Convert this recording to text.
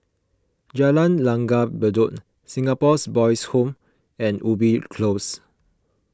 Jalan Langgar Bedok Singapore Boys' Home and Ubi Close